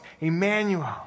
Emmanuel